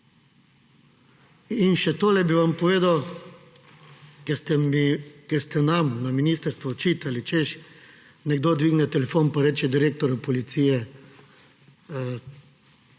Še tole bi vam povedal, ker ste nam na ministrstvu očitali, češ nekdo dvigne telefon in reče, direktor policije